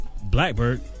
Blackbird